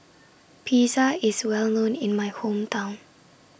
Pizza IS Well known in My Hometown